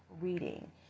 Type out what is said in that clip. reading